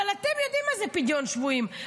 אבל אתם יודעים מה זה פדיון שבויים,